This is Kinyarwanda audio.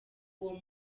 uwo